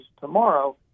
tomorrow